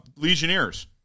Legionnaires